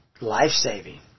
life-saving